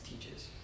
teaches